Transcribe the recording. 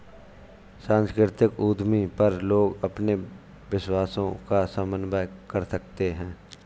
सांस्कृतिक उद्यमी पर लोग अपने विश्वासों का समन्वय कर सकते है